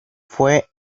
fue